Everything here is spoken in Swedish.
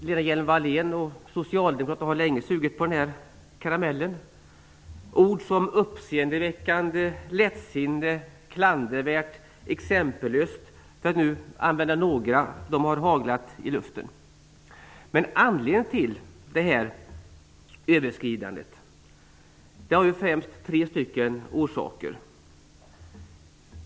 Lena Hjelm-Wallén och Socialdemokraterna har länge sugit på den här karamellen. Ord som uppseendeväckande, lättsinne, klandervärt och exempellöst, för att nu använda några, har haglat i luften. Det finns främst tre orsaker till överskridandet.